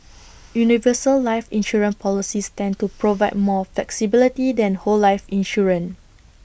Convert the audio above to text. universal life insurance policies tend to provide more flexibility than whole life insurance